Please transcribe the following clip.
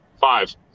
Five